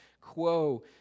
quo